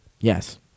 yes